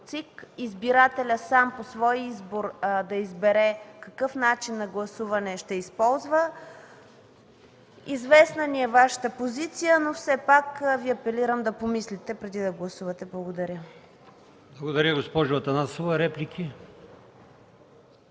ЦИК. Избирателят сам, по свой избор да избере какъв начин на гласуване ще използва. Известна ни е Вашата позиция, но все пак апелирам да помислите, преди да гласувате. Благодаря. ПРЕДСЕДАТЕЛ АЛИОСМАН